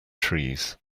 trees